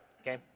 okay